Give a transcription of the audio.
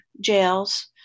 jails